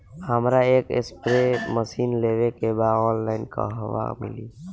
हमरा एक spray machine लेवे के बा ऑनलाइन कहवा मिली?